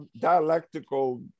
dialectical